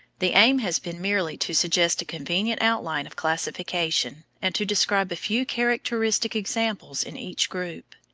the aim has been merely to suggest a convenient outline of classification, and to describe a few characteristic examples in each group.